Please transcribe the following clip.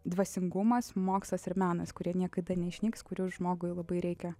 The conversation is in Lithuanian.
dvasingumas mokslas ir menas kurie niekada neišnyks kurių žmogui labai reikia